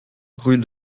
rue